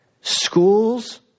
schools